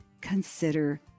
consider